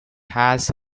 has